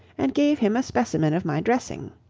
and gave him a specimen of my dressing.